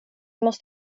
måste